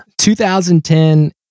2010